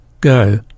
Go